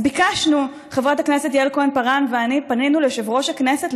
חברת הכנסת יעל כהן-פארן ואני פנינו ליושב-ראש הכנסת,